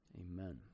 Amen